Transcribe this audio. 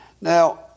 Now